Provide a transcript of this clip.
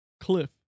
Cliff